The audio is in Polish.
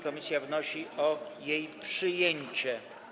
Komisja wnosi o jej przyjęcie.